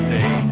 Day